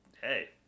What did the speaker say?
Hey